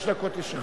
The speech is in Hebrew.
חמש דקות יש לך.